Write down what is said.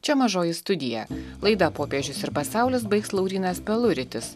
čia mažoji studija laidą popiežius ir pasaulis baigs laurynas peluritis